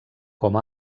com